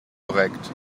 korrekt